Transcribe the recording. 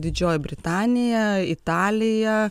didžioji britanija italija